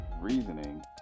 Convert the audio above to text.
reasoning